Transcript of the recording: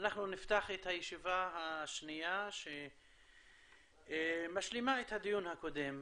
אנחנו נפתח את הישיבה השנייה שמשלימה את הדיון הקודם.